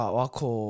wako